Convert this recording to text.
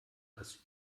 das